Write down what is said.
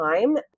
time